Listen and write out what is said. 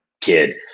kid